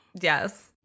Yes